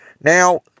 Now